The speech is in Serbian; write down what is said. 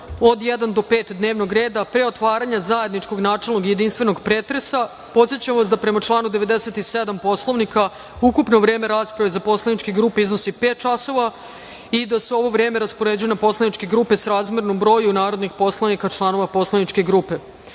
od 1. do 5. dnevnog reda, a pre otvaranja zajedničkog načelnog i jedinstvenog pretresa, podsećam vas da, prema članu 97. Poslovnika, ukupno vreme rasprave za poslaničke grupe iznosi pet časova i da se ovo vreme raspoređuje na poslaničke grupe srazmernom broju narodnih poslanika članova poslaničke grupe. Molim